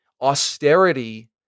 austerity